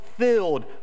Filled